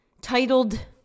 titled